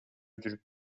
жүрүп